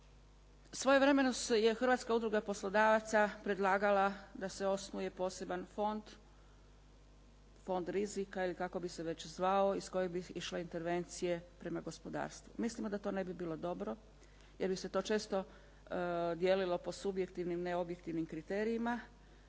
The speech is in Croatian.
Svojevremeno se Hrvatska udruga poslodavaca predlagala da se osnuje poseban fond, fond rizika ili kako bi se već zvao iz kojeg bi išle intervencije prema gospodarstvu. Mislimo da to ne bi bilo dobro, jer bi se to često dijelilo po subjektivnim, ne objektivnim kriterijima.